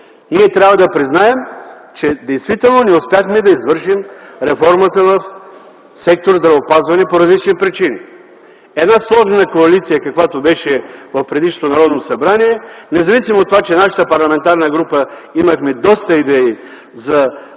Ние трябва да признаем, че действително не успяхме да извършим реформата в сектор „Здравеопазване” по различни причини. Една сложна коалиция, каквато беше в предишното Народно събрание, независимо от това, че нашата парламентарна група имахме доста идеи за